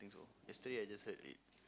yesterday I just heard it